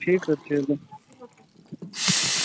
ଠିକ୍ ଅଛି ଆଜ୍ଞା